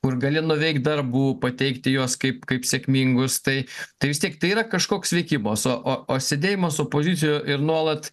kur gali nuveikt darbų pateikti juos kaip kaip sėkmingus tai tai vis tiek tai yra kažkoks veikimas o o o sėdėjimas opozicijoj ir nuolat